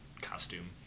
costume